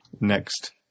next